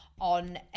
on